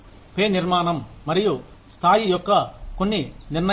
pay నిర్మాణం మరియు స్థాయి యొక్క కొన్ని నిర్ణయకాలు